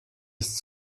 ist